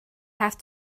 have